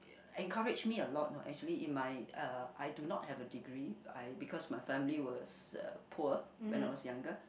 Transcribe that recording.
encourage me a lot know actually in my uh I do not have a degree but I because my family was uh poor when I was younger